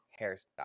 hairstyle